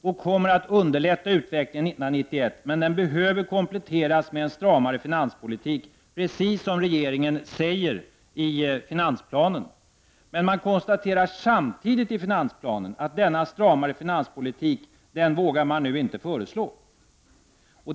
Den kommer att underlätta utvecklingen 1991, men den behöver kompletteras med stramare finanspolitik, precis som regeringen säger i finansplanen. Men samtidigt konstaterar man i finansplanen att man nu inte vågar föreslå denna stramare finanspolitik.